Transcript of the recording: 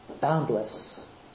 boundless